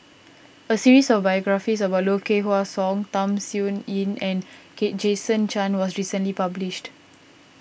a series of biographies about Low Kway Hwa Song Tham Sien Yen and Kate Jason Chan was recently published